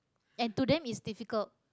and to them is difficult